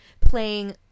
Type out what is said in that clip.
playing